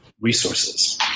resources